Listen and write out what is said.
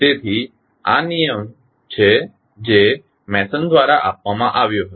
તેથી આ નિયમ છે જે મેસન દ્વારા આપવામાં આવ્યો હતો